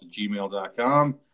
gmail.com